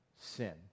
sin